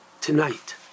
tonight